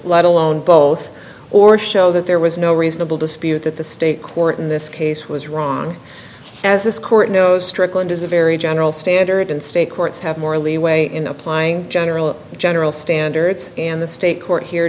let alone both or show that there was no reasonable dispute that the state court in this case was wrong as this court knows strickland is a very general standard in state courts have more leeway in applying general general standards and the state court here